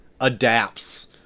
adapts